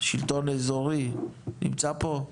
שלטון אזורי נמצא פה?